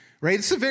right